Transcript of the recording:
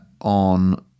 on